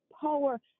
power